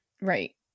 Right